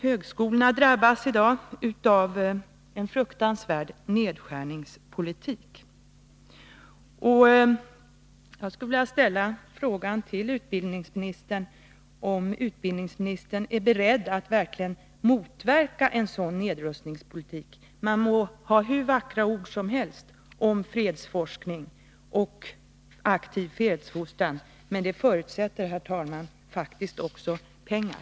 Högskolorna drabbas i dag av en fruktansvärd nedskärningspolitik. Jag skulle vilja ställa en fråga till utbildningsministern: Är utbildningsministern beredd att verkligen motverka en sådan nedskärningspolitik? Man må använda hur vackra ord som helst om fredsforskning och aktiv fredsfostran, men det förutsätter, herr talman, faktiskt pengar.